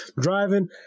driving